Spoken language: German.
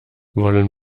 wollen